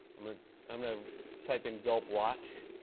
i mean i'm going to type in gulp watch.